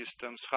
systems